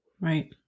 Right